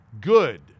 good